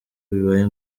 bibaye